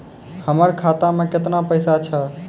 हमर खाता मैं केतना पैसा छह?